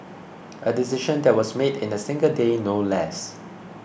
a decision that was made in a single day no less